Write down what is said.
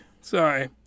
Sorry